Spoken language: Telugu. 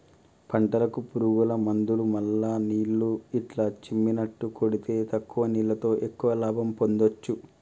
పంటలకు పురుగుల మందులు మల్ల నీళ్లు ఇట్లా చిమ్మిచినట్టు కొడితే తక్కువ నీళ్లతో ఎక్కువ లాభం పొందొచ్చు